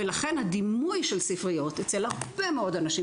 ולכן הדימוי של ספריות אצל הרבה מאוד אנשים